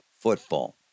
football